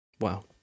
Wow